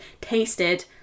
tasted